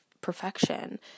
perfection